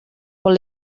quan